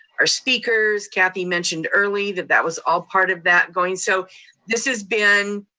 our speakers, kathy mentioned early, that that was all part of that going. so this has been,